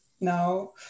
now